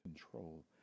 control